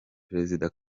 perezida